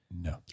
No